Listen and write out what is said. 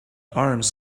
arms